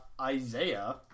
Isaiah